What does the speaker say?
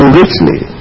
richly